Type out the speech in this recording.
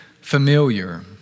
familiar